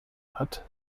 hat